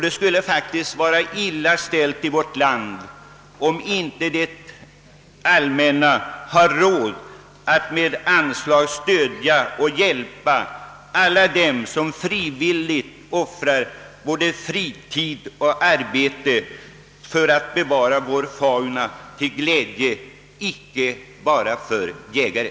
Det skulle faktiskt vara illa ställt i vårt land, om inte det allmänna hade råd att med anslag stödja och hjälpa alla dem som frivilligt offrar både fritid och arbete för att bevara vår fauna till glädje icke bara för jägare.